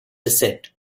descent